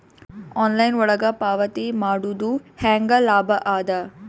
Online ಒಳಗ ಪಾವತಿ ಮಾಡುದು ಹ್ಯಾಂಗ ಲಾಭ ಆದ?